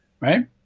right